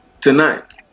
tonight